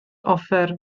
offer